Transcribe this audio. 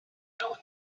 ellen